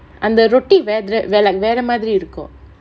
and the roti வேதுர~ வே~:vethura~ ve~ like வேற மாதிரி இருக்கும்:vera maathiri irukkum